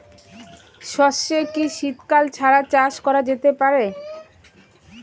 সর্ষে কি শীত কাল ছাড়া চাষ করা যেতে পারে?